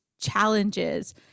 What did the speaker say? challenges